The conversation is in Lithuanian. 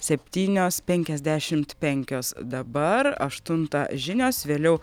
septynios penkiasdešimt penkios dabar aštuntą žinios vėliau